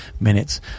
minutes